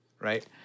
Right